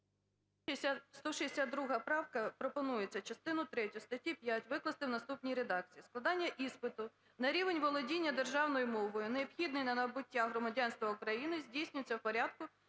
162 правка, пропонується частину третю статті 5 викласти в наступній редакції: "Складання іспиту на рівень володіння державною мовою, необхідний для набуття громадянства України, здійснюється в порядку,